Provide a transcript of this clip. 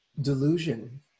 delusion